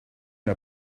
n’a